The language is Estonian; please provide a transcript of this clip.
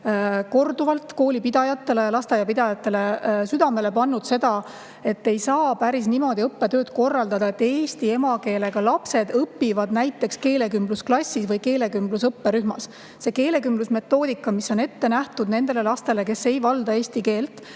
korduvalt koolipidajatele ja lasteaiapidajatele südamele pannud, et ei saa päris niimoodi õppetööd korraldada, et eesti emakeelega lapsed õpivad näiteks keelekümblusklassis või keelekümblusõpperühmas. Keelekümblusmetoodika, mis on ette nähtud nendele lastele, kes ei valda eesti keelt,